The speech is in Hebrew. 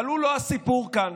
אבל הוא לא הסיפור כאן.